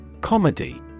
Comedy